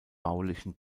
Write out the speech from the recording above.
baulichen